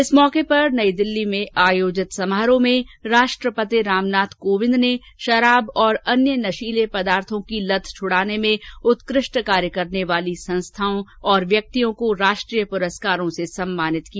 इस मौके पर नई दिल्ली में आयोजित समारोह में राष्ट्रपति रामनाथ कोविंद ने शराब और अन्य नशीले पदार्थों की लत छुड़ाने में उत्कृष्ट कार्य करने वाली संस्थाओं और व्यक्तियों को राष्ट्रीय पुरस्कारों से सम्मानित किया